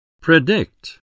Predict